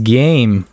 game